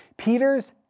Peter's